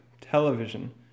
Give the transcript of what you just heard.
television